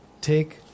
take